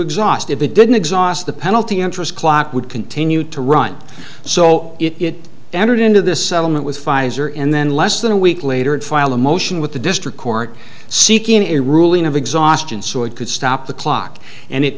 exhaust if they didn't exhaust the penalty interest clock would continue to run so it entered into this settlement with pfizer and then less than a week later it filed a motion with the district court seeking a ruling of exhaustion so it could stop the clock and it